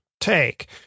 take